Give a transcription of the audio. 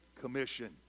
commission